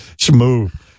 smooth